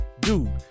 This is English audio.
dude